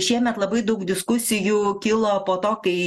šiemet labai daug diskusijų kilo po to kai